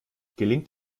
gelingt